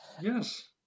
Yes